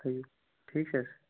ٹھیٖک ٹھیٖک چھِ حظ